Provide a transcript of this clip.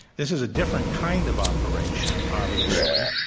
this is a different kind of operation obviously